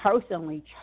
personally